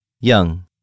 Young